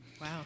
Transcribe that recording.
Wow